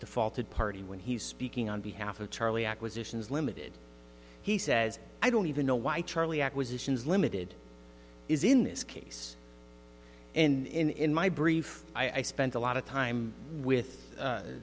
defaulted party when he's speaking on behalf of charlie acquisitions limited he says i don't even know why charlie acquisitions limited is in this case in my brief i spent a lot of time with